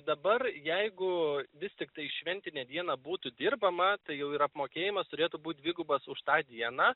dabar jeigu vis tiktai šventinę dieną būtų dirbama tai jau ir apmokėjimas turėtų būt dvigubas už tą dieną